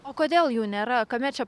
o kodėl jų nėra kame čia